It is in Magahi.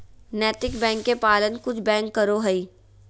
नैतिक बैंक के पालन कुछ बैंक करो हइ